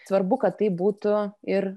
svarbu kad taip būtų ir